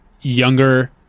younger